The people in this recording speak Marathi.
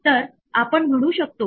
तर आपण तिला जोडू इच्छितो